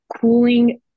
cooling